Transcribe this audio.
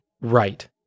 right